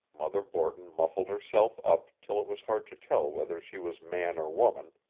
mother borton muffled herself up till it was hard to tell whether she was man or woman,